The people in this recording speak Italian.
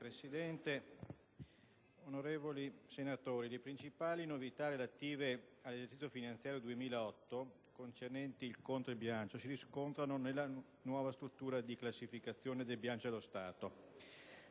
Presidente, onorevoli senatori, le principali novità relative all'esercizio finanziario 2008 concernenti il conto del bilancio si riscontrano nella nuova struttura di classificazione del bilancio dello Stato,